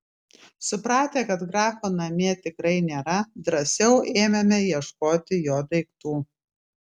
supratę kad grafo namie tikrai nėra drąsiau ėmėme ieškoti jo daiktų